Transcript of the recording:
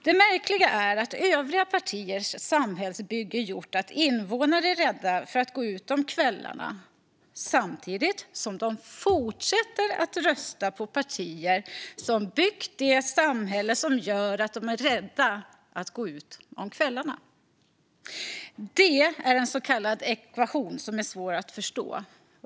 Det märkliga är att övriga partiers samhällsbygge gjort att invånare är rädda för att gå ut om kvällarna samtidigt som de fortsätter att rösta på partier som byggt det samhälle som gör att de är rädda för att gå ut om kvällarna. Det är en så kallad ekvation som är svår att förstå.